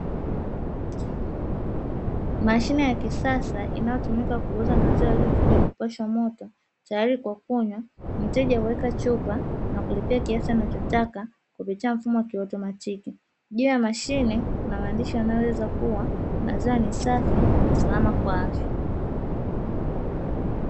Mashine ya kisasa inayotumika kuuza maziwa yaliyo chujwa na kupashwa moto tayari kwa kunywa, mteja huweka chupa na kiasi anachotaka kupitia mfumo wa kiautimatiki juu ya mashine kuna maandishi yanayosema kuwa maziwa ni safi na salama kwa afya.